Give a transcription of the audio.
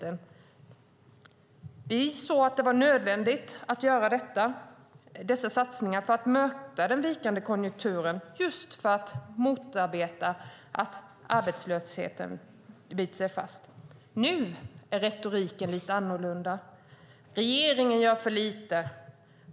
Vi såg att det var nödvändigt att göra dessa satsningar för att möta den vikande konjunkturen och just för att motarbeta att arbetslösheten biter sig fast. Nu är retoriken lite annorlunda: Regeringen gör för lite!